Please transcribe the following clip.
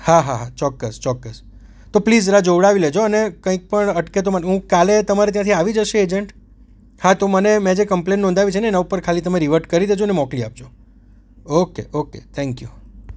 હા હા હા ચોક્કસ ચોક્કસ તો પ્લીસ જરા જોવળાવી લેજો અને કંઇક પણ અટકે તો હું કાલે તમારે ત્યાંથી આવી જશે એજન્ટ હા તો મને મેં જે કૅમ્પલેન નોંધાવી છે ને એના ઉપર ખાલી તમે રિવર્ટ કરી દેજો ને મોકલી આપજો ઓકે ઓકે થેન્ક યુ